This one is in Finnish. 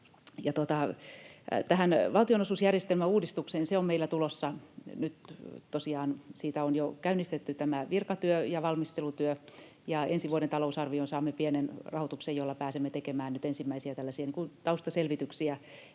Tähän valtionosuusjärjestelmän uudistukseen: Se on meillä tulossa. Nyt tosiaan siitä on jo käynnistetty tämä virkatyö ja valmistelutyö, ja ensi vuoden talousarvioon saamme pienen rahoituksen, jolla pääsemme tekemään nyt ensimmäisiä tällaisia taustaselvityksiä